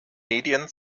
medien